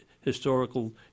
historical